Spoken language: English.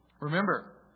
Remember